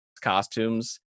costumes